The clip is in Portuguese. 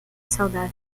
saudável